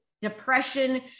depression